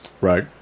Right